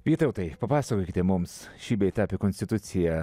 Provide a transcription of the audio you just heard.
vytautai papasakokite mums šį bei tą apie konstituciją